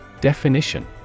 Definition